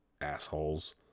assholes